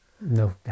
No